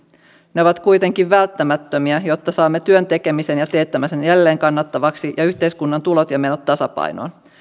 ne ovat kuitenkin välttämättömiä jotta saamme työn tekemisen ja teettämisen jälleen kannattavaksi ja yhteiskunnan tulot ja menot tasapainoon